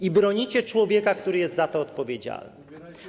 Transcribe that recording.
I bronicie człowieka, który jest za to odpowiedzialny.